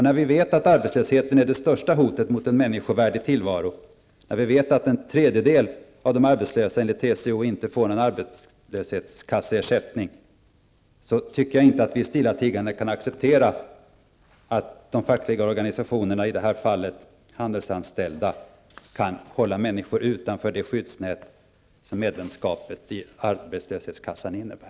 När vi vet att arbetslösheten är det största hotet mot en människovärdig tillvaro, när vi vet att en tredjedel av de arbetslösa enligt TCO inte får ersättning från en arbetslöshetskassa, tycker jag inte att vi stillatigande skall acceptera att de fackliga organisationerna, i det här fallet Handelsanställdas förbund, kan hålla människor utanför det skyddsnät som medlemskapet i arbetslöshetskassan innebär.